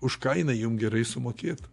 už ką jinai jum gerai sumokėtų